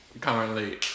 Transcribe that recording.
Currently